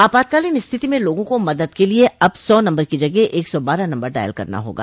आपातकालीन स्थिति में लोगों को मदद के लिये अब सौ नम्बर की जगह एक सौ बारह नम्बर डॉयल करना होगा